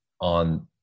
on